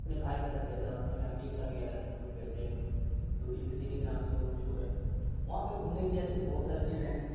اپنے بھائی کے ساتھ گیا تھا اپنی فیملی کے ساتھ گیا تھا ٹور پہ جے پور جو پنک سٹی کے نام سے بہت مشہور ہے وہاں پہ گھومنے کے لیے ایسے تو بہت ساری چیزیں ہیں